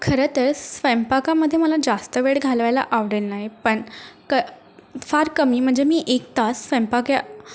खरं तर स्वैंपाकामध्ये मला जास्त वेळ घालवायला आवडेल नाही पण क फार कमी म्हणजे मी एक तास सैंपाक या